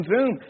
Zoom